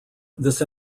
this